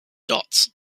dots